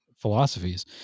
philosophies